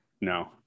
no